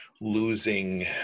losing